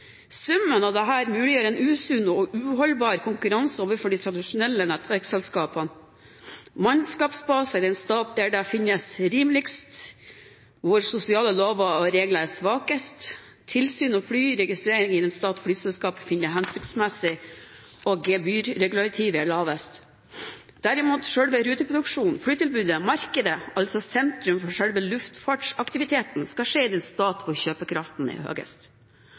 Summen av dette muliggjør en usunn og uholdbar konkurranse overfor de tradisjonelle nettverksselskapene: mannskapsbaser i den stat der man finner dette rimeligst, der sosiale lover og regler er svakest, og tilsyn og flyregistrering i den stat flyselskapet finner mest hensiktsmessig og der gebyrregulativet er lavest. Derimot skal selve ruteproduksjonen – flytilbudet, markedet, altså sentrum for selve luftfartsaktiviteten – skje i den stat hvor kjøpekraften er